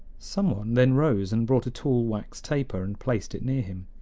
some one then rose and brought a tall wax taper and placed it near him.